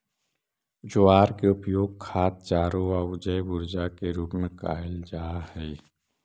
ज्वार के उपयोग खाद्य चारों आउ जैव ऊर्जा के रूप में कयल जा हई